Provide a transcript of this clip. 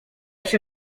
się